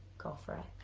coffin.